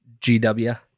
GW